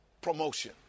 promotion